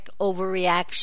overreaction